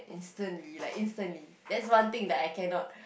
sternly like instantly that's one thing that I cannot